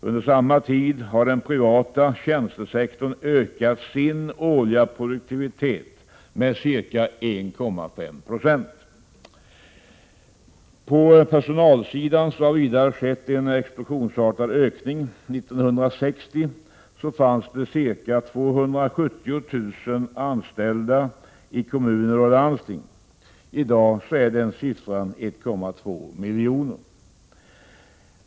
Under samma tid har den privata tjänstesektorn ökat sin årliga produktivitet med ca 1,5 96. På personalsidan har vidare skett en explosionsartad ökning. År 1960 fanns det ca 270 000 anställda i kommuner och landsting. I dag är den siffran ca 1,2 miljoner.